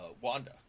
Wanda